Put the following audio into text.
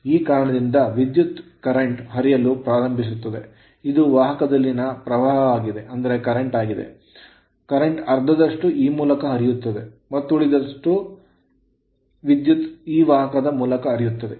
ಈ ಕಾರಣದಿಂದಾಗಿ ವಿದ್ಯುತ್ ಪ್ರವಾಹವು ಹರಿಯಲು ಪ್ರಾರಂಭಿಸುತ್ತದೆ ಇದು ವಾಹಕದಲ್ಲಿನ ಪ್ರವಾಹವಾಗಿದೆ current ಅರ್ಧದಷ್ಟು ಈ ಮೂಲಕ ಹರಿಯುತ್ತದೆ ಮತ್ತು ಉಳಿದ ಅರ್ಧದಷ್ಟು ವಿದ್ಯುತ್ ಈ ವಾಹಕದ ಮೂಲಕ ಹರಿಯುತ್ತದೆ